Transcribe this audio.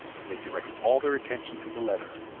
and they direct all their attention to the letter,